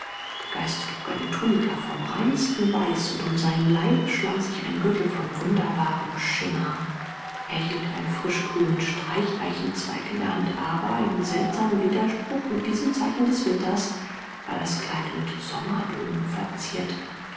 der geist trug eine tunika vom reinsten weiß und um seinen leib schlang sich ein gürtel von wunderbarem schimmer er hielt einen frisch grünen stecheichenzweig in der hand aber in seltsamem widerspruch mit diesem zeichen des winters war das kleid mit sommerblumen verziert